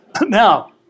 Now